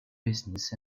business